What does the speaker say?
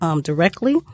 directly